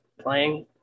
playing